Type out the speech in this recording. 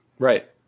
Right